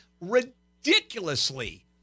ridiculously